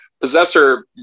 Possessor